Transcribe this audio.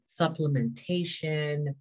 supplementation